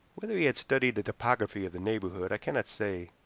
whether he had studied the topography of the neighborhood i cannot say,